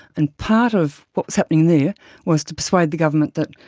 and part of what was happening there was to persuade the government that,